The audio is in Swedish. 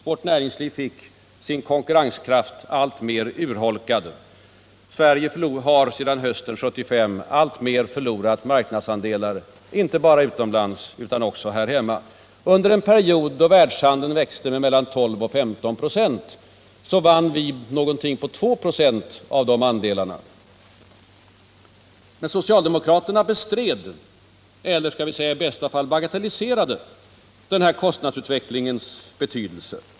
Vårt näringsliv fick sin konkurrenskraft alltmer urholkad. Sverige har sedan hösten 1975 undan för undan förlorat marknadsandelar, inte bara utomlands utan också här hemma. Under en period då världshandeln växte med mellan 12 och 15 96 vann vi ungefär 2 96 därav. Socialdemokraterna bestred, eller i bästa fall bagatelliserade, kostnadsutvecklingens betydelse.